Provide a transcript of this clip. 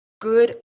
good